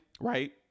right